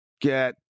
Get